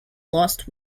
lost